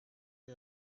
mir